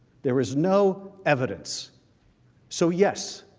there is no evidence so yes